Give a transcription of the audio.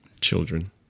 Children